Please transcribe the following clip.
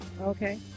Okay